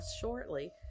shortly